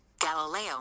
Galileo